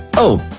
ohh!